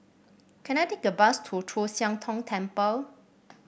can I take a bus to Chu Siang Tong Temple